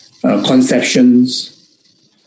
conceptions